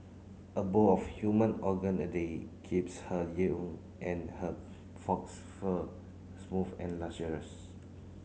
a bowl of human organ a day keeps her and her fox fur smooth and lustrous